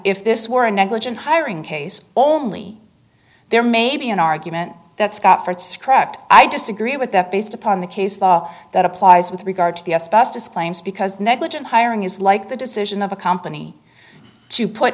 if this were a negligent hiring case only there may be an argument that scott for it's correct i disagree with that based upon the case law that applies with regard to the s festus claims because negligent hiring is like the decision of a company to put